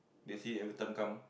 they see every time come